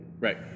Right